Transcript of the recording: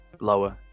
Lower